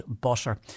butter